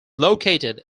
located